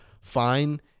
fine